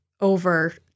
over